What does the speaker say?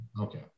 Okay